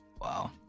Wow